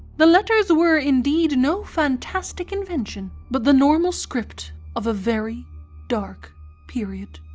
the letters were indeed no fantastic invention, but the normal script of a very dark period.